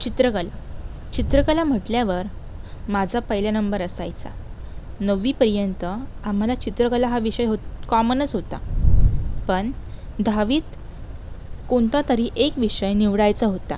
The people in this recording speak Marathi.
चित्रकला चित्रकला म्हटल्यावर माझं पहिला नंबर असायचा नववीपर्यंत आम्हाला चित्रकला हा विषय हो कॉमनच होता पण दहावीत कोणतातरी एक विषय निवडायचा होता